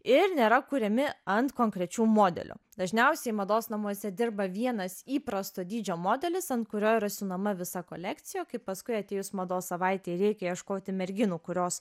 ir nėra kuriami ant konkrečių modelių dažniausiai mados namuose dirba vienas įprasto dydžio modelis ant kurio yra siūnama visa kolekcija kaip paskui atėjus mados savaitei reikia ieškoti merginų kurios